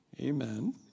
Amen